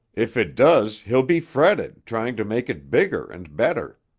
if it does, he'll be fretted trying to make it bigger and better.